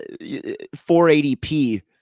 480p